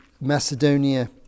Macedonia